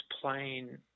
plain –